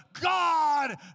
God